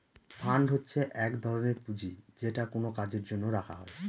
fund হচ্ছে এক ধরনের পুঁজি যেটা কোনো কাজের জন্য রাখা হয়